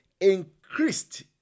increased